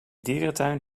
dierentuin